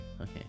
Okay